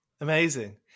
Amazing